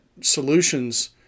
solutions